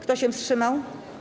Kto się wstrzymał?